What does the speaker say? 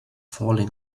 falling